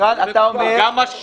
היצרן אומר ------ חבר'ה,